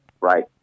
right